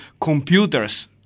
computers